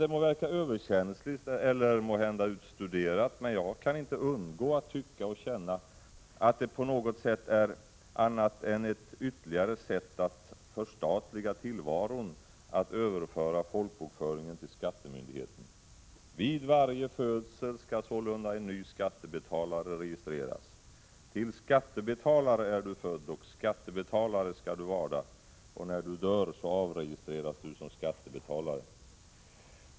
Det må verka överkänsligt eller måhända utstuderat, men jag kan inte undgå att tycka och känna att det är ett ytterligare sätt att ”förstatliga” tillvaron att överföra folkbokföringen till skattemyndigheten. Vid varje födsel skall sålunda en ny skattebetalare registreras. Till skattebetalare är du född, och skattebetalare skall du varda, och när du dör så avregistreras du som skattebetalare.